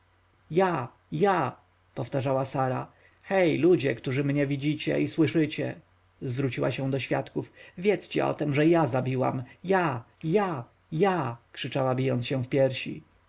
ja ja powtarzała sara hej ludzie którzy mnie widzicie i słyszycie zwróciła się do świadków wiedzcie o tem że ja zabiłam ja ja ja krzyczała bijąc się w piersi